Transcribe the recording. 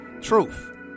truth